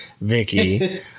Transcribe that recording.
Vicky